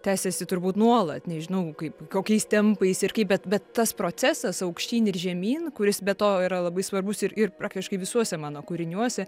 tęsiasi turbūt nuolat nežinau kaip kokiais tempais ir kaip bet bet tas procesas aukštyn ir žemyn kuris be to yra labai svarbus ir ir praktiškai visuose mano kūriniuose